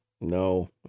No